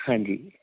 ਹਾਂਜੀ